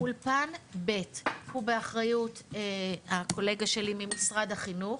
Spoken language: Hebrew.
אולפן ב' הוא באחריות הקולגה שלי ממשרד החינוך,